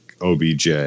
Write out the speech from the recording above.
OBJ